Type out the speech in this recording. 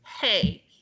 hey